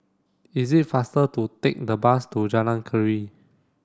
is it faster to take the bus to Jalan Keria